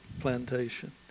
plantation